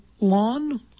lawn